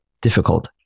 difficult